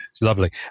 lovely